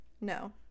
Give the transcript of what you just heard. No